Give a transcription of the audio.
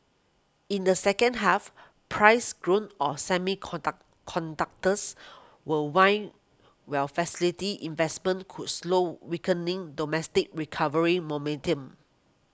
in the second half price growth of semiconductors will wane while facility investments could slow weakening domestic recovery momentum